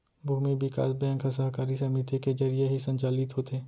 भूमि बिकास बेंक ह सहकारी समिति के जरिये ही संचालित होथे